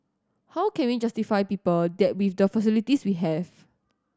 how can we justify people that with the facilities we have